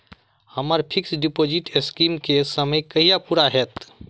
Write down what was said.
हम्मर fixed deposit scheme केँ समय कहिया पूरा हैत?